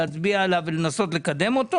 להצביע עליו ולנסות לקדם אותו.